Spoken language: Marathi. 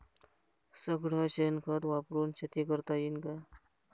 सगळं शेन खत वापरुन शेती करता येईन का?